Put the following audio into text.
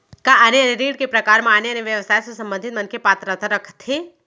का आने आने ऋण के प्रकार म आने आने व्यवसाय से संबंधित मनखे पात्रता रखथे?